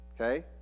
Okay